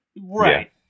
Right